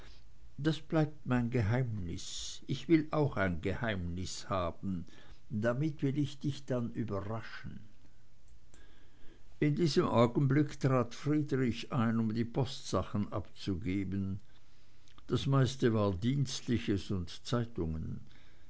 das bleibt mein geheimnis ich will auch ein geheimnis haben damit will ich dich dann überraschen in diesem augenblick trat friedrich ein um die postsachen abzugeben das meiste war dienstliches und zeitungen